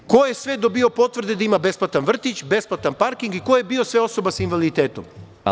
Ko je sve dobijao potvrde da ima besplatan vrtić, besplatan parking i ko je sve bio osoba sa invaliditetom.